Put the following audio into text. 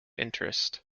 interest